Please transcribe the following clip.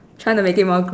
trying to make it more grus~